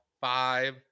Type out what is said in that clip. Five